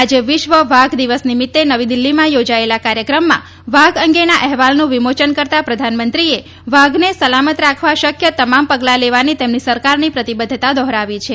આજે વિશ્વ વાઘ દિવસ નિમિત્તે નવી દિલ્ફીમાં યોજાયેલા કાર્યક્રમમાં વાઘ અંગેના અહેવાલનું વિમોચન કરતાં પ્રધાનમંત્રીએ વાઘને સલામત રાખવા શક્ય તમામ પગલા લેવાની તેમની સરકારની પ્રતિબદ્ધતા દોહરાવી છે